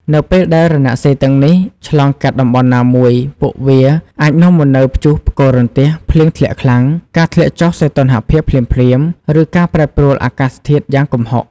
នៅពេលដែលរណសិរ្សទាំងនេះឆ្លងកាត់តំបន់ណាមួយ ពួកវាអាចនាំមកនូវព្យុះផ្គររន្ទះ ភ្លៀងធ្លាក់ខ្លាំង ការធ្លាក់ចុះសីតុណ្ហភាពភ្លាមៗ ឬការប្រែប្រួលអាកាសធាតុយ៉ាងគំហុក។